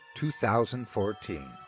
2014